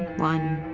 one,